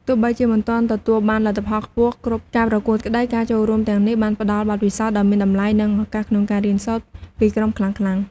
ទោះបីជាមិនទាន់ទទួលបានលទ្ធផលខ្ពស់គ្រប់ការប្រកួតក្តី ការចូលរួមទាំងនេះបានផ្ដល់បទពិសោធន៍ដ៏មានតម្លៃ និងឱកាសក្នុងការរៀនសូត្រពីក្រុមខ្លាំងៗ។